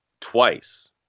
twice